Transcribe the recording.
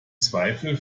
zweifel